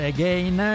Again